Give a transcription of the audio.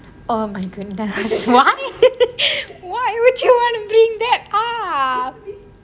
oh my goodness why why would you want to bring that up it's been so long since